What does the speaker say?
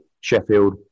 Sheffield